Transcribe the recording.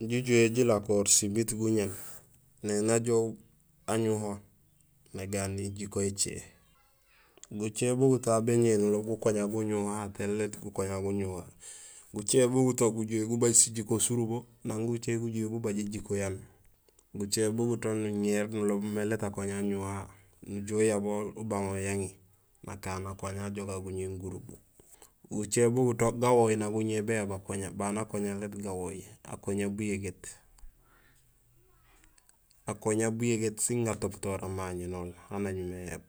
jijuhé jilakohor simiit guñéén néni ajoow añuho nagani éjiko écé; gucé buguto aw béñéril nurok gukoña guñuhoha tan lét gukoña guñuhoha; gucé buguto ujuhé gubaj sijiko surubo nang gucé gujuhé gubaj éjiko yanuur gucé buguto nuñéér nuloob umé lét akoña añuhoha nujuhé uyabol ubang hol yaŋi nakaan akoña ajoga guñéén gurubo; gucé buguto gawooy nak guñéér béyab akoña baan akoña lét gawooy akoña buyégét; akoña buyégét sin gatopotoor amañéén.